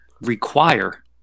require